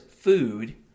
food